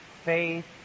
faith